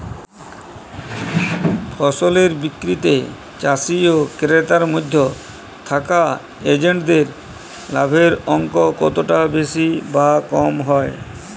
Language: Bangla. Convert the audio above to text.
ফসলের বিক্রিতে চাষী ও ক্রেতার মধ্যে থাকা এজেন্টদের লাভের অঙ্ক কতটা বেশি বা কম হয়?